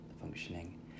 functioning